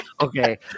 Okay